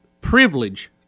privilege